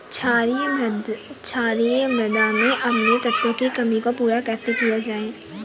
क्षारीए मृदा में अम्लीय तत्वों की कमी को पूरा कैसे किया जाए?